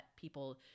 people –